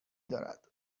دارد